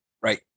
Right